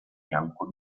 fianco